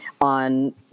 on